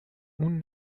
اون